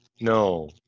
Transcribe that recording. No